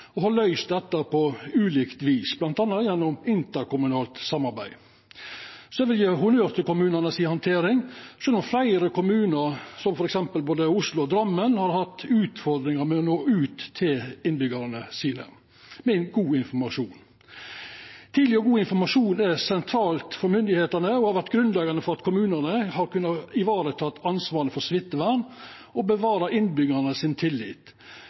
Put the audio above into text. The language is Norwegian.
og har løyst dette på ulikt vis, bl.a. gjennom interkommunalt samarbeid. Eg vil gje honnør til kommunanes handtering, sjølv om fleire kommunar, som f.eks. både Oslo og Drammen, har hatt utfordringar med å nå ut til innbyggjarane sine med god informasjon. Tidleg og god informasjon er sentralt for myndigheitene og har vore grunnleggjande for at kommunane har kunna varetaka ansvaret for smittevern og bevara innbyggjarane sin tillit,